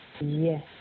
Yes